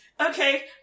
okay